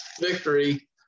victory